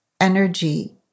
energy